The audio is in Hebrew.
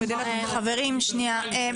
חברים, שנייה.